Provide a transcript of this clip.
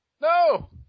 No